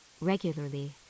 regularly